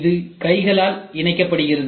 இது கைகளால் இணைக்கப்படுகிறது